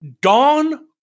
Dawn